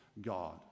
God